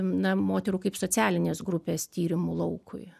na moterų kaip socialinės grupės tyrimų laukui